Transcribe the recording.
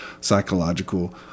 psychological